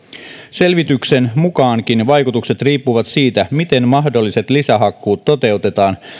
selvityksen mukaankin vaikutukset riippuvat siitä miten mahdolliset lisähakkuut toteutetaan